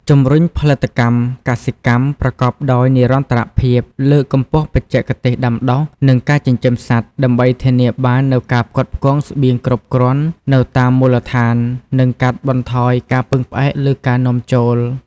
ជំរុញផលិតកម្មកសិកម្មប្រកបដោយនិរន្តរភាព លើកកម្ពស់បច្ចេកទេសដាំដុះ និងការចិញ្ចឹមសត្វ ដើម្បីធានាបាននូវការផ្គត់ផ្គង់ស្បៀងគ្រប់គ្រាន់នៅតាមមូលដ្ឋាន និងកាត់បន្ថយការពឹងផ្អែកលើការនាំចូល។